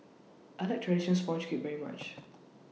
I like Traditional Sponge Cake very much